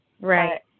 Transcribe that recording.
Right